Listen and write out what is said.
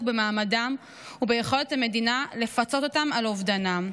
במעמדם וביכולת המדינה לפצות אותם על אובדנם.